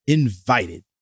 invited